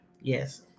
Yes